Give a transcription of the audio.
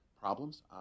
problems